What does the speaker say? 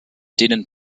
denen